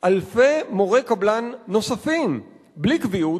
אלפי מורי קבלן נוספים, בלי קביעות,